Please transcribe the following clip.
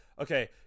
Okay